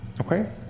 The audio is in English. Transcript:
Okay